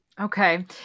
Okay